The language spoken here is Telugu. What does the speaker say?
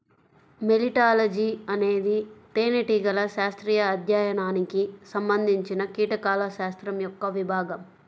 మెలిటాలజీఅనేది తేనెటీగల శాస్త్రీయ అధ్యయనానికి సంబంధించినకీటకాల శాస్త్రం యొక్క విభాగం